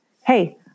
hey